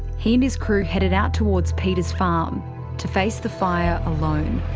he and his crew headed out towards peter's farm to face the fire alone.